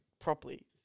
properly